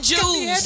Jews